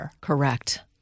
Correct